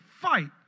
fight